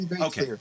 okay